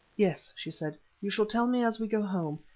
yes, she said, you shall tell me as we go home.